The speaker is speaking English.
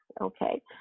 okay